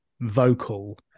vocal